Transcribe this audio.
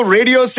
Radio